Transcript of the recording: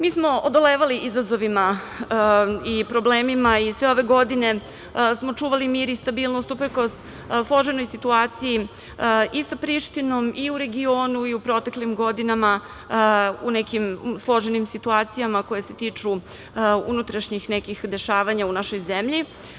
Mi smo odolevali izazovima i problemima i sve ove godine smo čuvali mir i stabilnost uprkos složenoj situaciji i sa Prištinom i u regioni i u proteklim godinama u nekim složenim situacijama koje se tiču unutrašnjih nekih dešavanja u našoj zemlji.